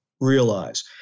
realize